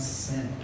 sin